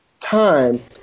time